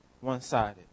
one-sided